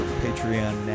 patreon